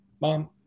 mom